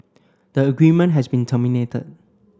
the agreement has been terminated